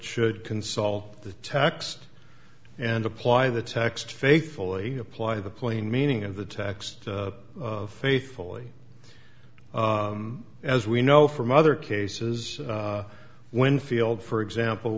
should consult the text and apply the text faithfully apply the plain meaning of the text faithfully as we know from other cases when field for example